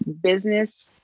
business